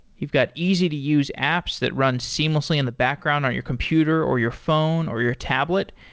you've got easy to use apps that run seamlessly in the background on your computer, or your phone, or your tablet,